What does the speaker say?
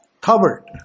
covered